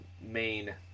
main